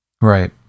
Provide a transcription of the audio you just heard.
Right